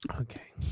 Okay